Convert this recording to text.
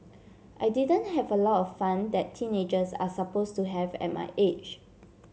I didn't have a lot of fun that teenagers are supposed to have at my age